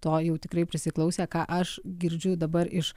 to jau tikrai prisiklausę ką aš girdžiu dabar iš